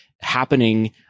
happening